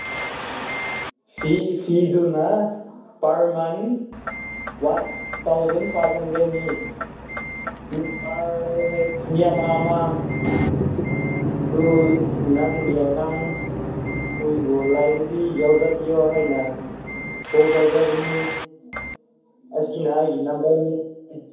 ꯐꯤꯗꯨꯅ per men one thousand five ꯍꯟꯗ꯭ꯔꯦꯗꯅꯤ per head ꯃꯤ ꯑꯃ ꯑꯃ ꯑꯗꯨ ꯅꯪꯒꯤ ꯑꯉꯥꯡ ꯈꯣꯏꯕꯨ ꯂꯩꯔꯗꯤ ꯌꯥꯎꯖꯕꯤꯌꯣ ꯍꯥꯏꯅ ꯀꯣꯜ ꯇꯧꯖꯕꯅꯤ ꯑꯁꯤꯅ ꯑꯩꯒꯤ ꯅꯝꯕꯔꯅꯤ